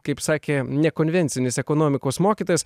kaip sakė nekonvencinis ekonomikos mokytojas